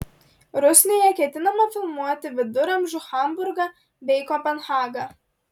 rusnėje ketinama filmuoti viduramžių hamburgą bei kopenhagą